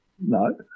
No